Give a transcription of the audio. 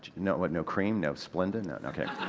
no, what no cream, no splenda, no, ok.